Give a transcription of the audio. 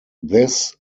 this